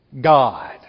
God